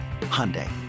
Hyundai